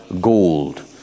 gold